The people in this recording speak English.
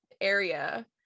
area